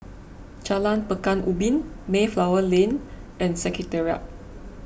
Jalan Pekan Ubin Mayflower Lane and Secretariat